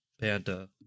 panda